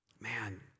man